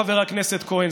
חבר הכנסת כהן,